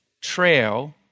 trail